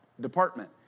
department